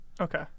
Okay